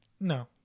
No